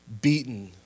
beaten